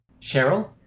cheryl